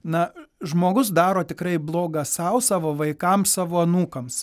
na žmogus daro tikrai bloga sau savo vaikams savo anūkams